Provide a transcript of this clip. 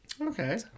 Okay